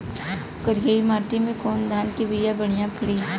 करियाई माटी मे कवन धान के बिया बढ़ियां पड़ी?